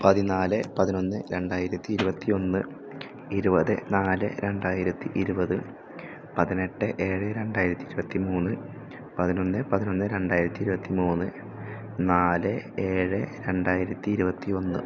പതിന്നാല് പതിനൊന്ന് രണ്ടായിരത്തി ഇരുപത്തി ഒന്ന് ഇരുപത് നാല് രണ്ടായിരത്തി ഇരുപത് പതിനെട്ട് ഏഴ് രണ്ടായിരത്തി ഇരുപത്തി മൂന്ന് പതിനൊന്ന് പതിനൊന്ന് രണ്ടായിരത്തി ഇരുപത്തി മൂന്ന് നാല് ഏഴ് രണ്ടായിരത്തി ഇരുപത്തിയൊന്ന്